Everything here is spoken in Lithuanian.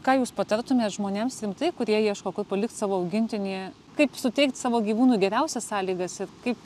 ką jūs patartumėt žmonėms rimtai kurie ieško kur palikt savo augintinį kaip suteikt savo gyvūnui geriausias sąlygas ir kaip